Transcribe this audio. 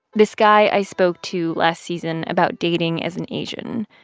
this guy i spoke to last season about dating as an asian.